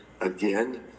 again